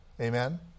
Amen